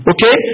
Okay